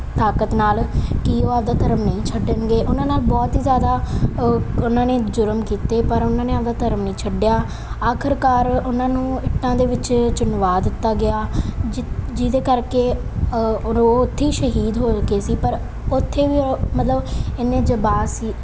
ਤਾਕਤ ਨਾਲ ਕਿ ਉਹ ਆਪਣਾ ਧਰਮ ਨਹੀਂ ਛੱਡਣਗੇ ਉਹਨਾਂ ਨਾਲ ਬਹੁਤ ਹੀ ਜ਼ਿਆਦਾ ਅ ਉਹਨਾਂ ਨੇ ਜ਼ੁਰਮ ਕੀਤੇ ਪਰ ਉਹਨਾਂ ਨੇ ਆਪਣਾ ਧਰਮ ਨਹੀਂ ਛੱਡਿਆ ਆਖਰਕਾਰ ਉਹਨਾਂ ਨੂੰ ਇੱਟਾਂ ਦੇ ਵਿੱਚ ਚਿਣਵਾ ਦਿੱਤਾ ਗਿਆ ਜਿ ਜਿਹਦੇ ਕਰਕੇ ਅਰ ਉਹ ਉੱਥੇ ਹੀ ਸ਼ਹੀਦ ਹੋ ਗਏ ਸੀ ਪਰ ਉੱਥੇ ਵੀ ਉਹ ਮਤਲਬ ਇੰਨੇ ਜਾਂਬਾਜ ਸੀ